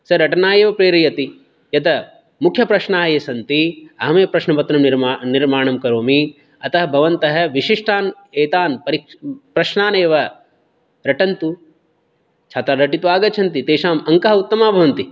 सः रटनाय एव प्रेरयति यतः मुख्यप्रश्नाः ये सन्ति अहमेव प्रश्नपत्र निर्माणं करोमि अतः भवन्तः विशिष्टान् एतान् परीक् प्रश्नान् एव रटन्तु छात्राः रटित्वा आगच्छन्ति तेषाम् अङ्काः उत्तमाः भवन्ति